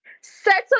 settle